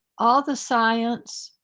all the science,